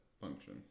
function